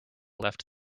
left